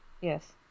Yes